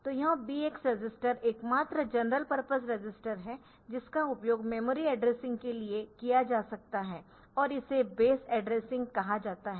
तो यह BX register एकमात्र जनरल पर्पस रजिस्टर है जिसका उपयोग मेमोरी एड्रेसिंग के लिए किया जा सकता है और इसे बेस एड्रेसिंग कहा जाता है